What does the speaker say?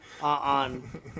on